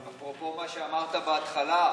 אפרופו מה שאמרת בהתחלה,